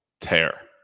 tear